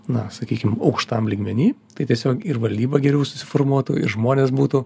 na sakykim aukštam lygmeny tai tiesiog ir valdyba geriau susiformuotų ir žmonės būtų